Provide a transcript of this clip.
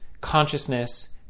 consciousness